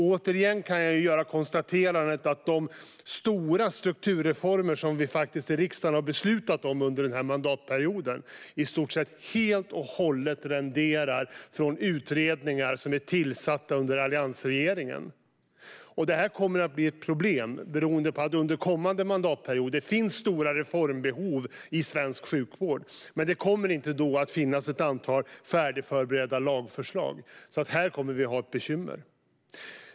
Återigen kan jag göra konstaterandet att de stora strukturreformer som vi faktiskt har beslutat om i riksdagen under denna mandatperiod i stort sett helt och hållet har sitt ursprung i utredningar som är tillsatta under alliansregeringens tid. Detta kommer att bli ett problem beroende på att det under kommande mandatperioder kommer att finnas stora reformbehov i svensk sjukvård. Men det kommer då inte att finnas ett antal färdigförberedda lagförslag. Här kommer vi alltså att ha ett bekymmer.